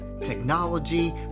Technology